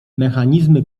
mechanizmy